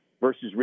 versus